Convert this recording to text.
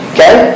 Okay